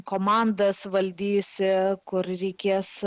komandas valdysi kur reikės